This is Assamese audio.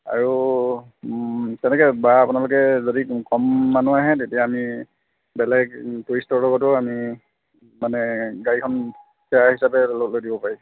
আৰু তেনেকৈ বা আপোনালোকে যদি কম মানুহ আহে তেতিয়া আমি বেলেগ টুৰিষ্টৰ লগতো আমি মানে গাড়ীখন শ্বেয়াৰ হিচাপে লৈ দিব পাৰি